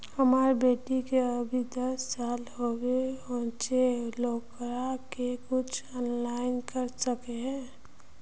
हमर बेटी के अभी दस साल होबे होचे ओकरा ले कुछ ऑनलाइन कर सके है?